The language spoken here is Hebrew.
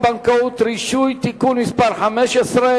בשיווק השקעות ובניהול תיקי השקעות (תיקון מס' 14),